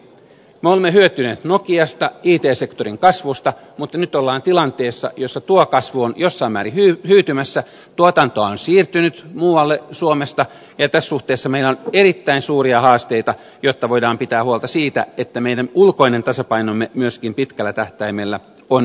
me olemme hyötyneet nokiasta it sektorin kasvusta mutta nyt ollaan tilanteessa jossa tuo kasvu on jossain määrin hyytymässä tuotantoa on siirtynyt muualle suomesta ja tässä suhteessa meillä on erittäin suuria haasteita jotta voidaan pitää huolta siitä että meidän ulkoinen tasapainomme myöskin pitkällä tähtäimellä on kunnossa